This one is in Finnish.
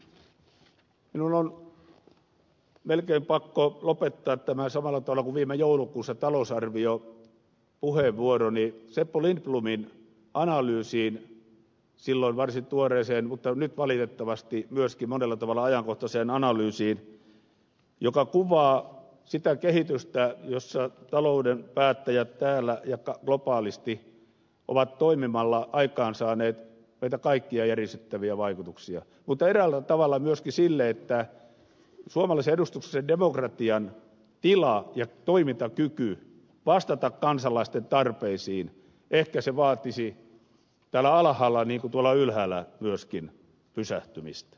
minun on melkein pakko lopettaa tämä samalla tavalla kuin viime joulukuussa talousarviopuheenvuoroni seppo lindblomin analyysiin silloin varsin tuoreeseen mutta nyt valitettavasti myöskin monella tavalla ajankohtaiseen analyysiin joka kuvaa sitä kehitystä jossa talouden päättäjät täällä ja globaalisti ovat toimimalla aikaansaaneet meitä kaikkia järisyttäviä vaikutuksia mutta eräällä tavalla myöskin sitä että suomalaisen edustuksellisen demokratian tila ja toimintakyky vastata kansalaisten tarpeisiin ehkä vaatisi täällä alhaalla niin kuin myös tuolla ylhäällä myöskin pysähtymistä